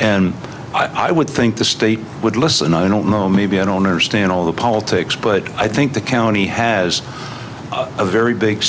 and i would think the state would listen i don't know maybe i don't understand all the politics but i think the county has a very big